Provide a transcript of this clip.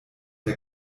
der